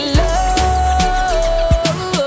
love